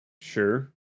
Sure